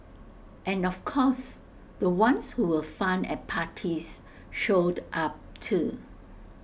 and of course the ones who were fun at parties showed up too